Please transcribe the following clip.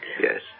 Yes